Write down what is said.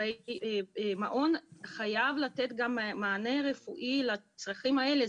המעון חייב לתת מענה רפואי גם לצרכים האלה,